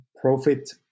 profit